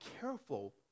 careful